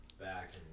back